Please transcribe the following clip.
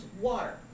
water